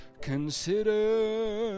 consider